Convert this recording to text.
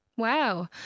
Wow